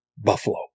buffalo